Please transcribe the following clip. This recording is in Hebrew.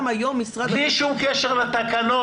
גם היום משרד הבריאות -- בלי שום קשר לתקנות,